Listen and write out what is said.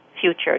future